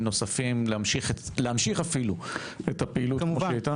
נוספים ולהמשיך אפילו את הפעילות כמו שהיא הייתה?